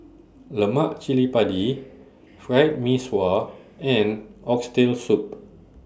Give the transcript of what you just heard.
Lemak Cili Padi Fried Mee Sua and Oxtail Soup